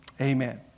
Amen